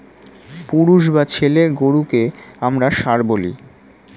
পুরুষ বা ছেলে গরুকে আমরা ষাঁড় বলি